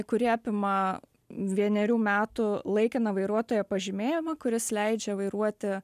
kuri apima vienerių metų laikiną vairuotojo pažymėjimą kuris leidžia vairuoti